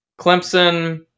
Clemson